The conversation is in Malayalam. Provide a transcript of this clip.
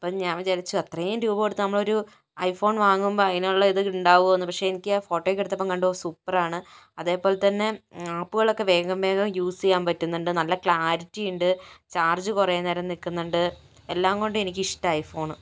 അപ്പൊ ഞാൻ വിചാരിച്ചു അത്രയും രൂപ കൊടുത്ത് നമ്മൾ ഒരു ഐഫോൺ വാങ്ങുമ്പോൾ അതിനുള്ള ഒരു ഇത് ഉണ്ടാകും എന്ന് പക്ഷെ എനിക്ക് ആ ഫോട്ടോ ഒക്കെ എടുത്ത് കണ്ടപ്പോൾ സൂപ്പറാണ് അതേപോലെ തന്നെ ആപ്പുകൾ ഒക്കെ വേഗം വേഗം യൂസ് ചെയ്യാൻ പറ്റുന്നുണ്ട് നല്ല ക്ലാരിറ്റി ഉണ്ട് ചാർജ് കുറെ നേരം നിൽക്കുന്നുണ്ട് എല്ലാം കൊണ്ടും എനിക്ക് ഇഷ്ടമായി ഫോൺ